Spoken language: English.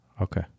Okay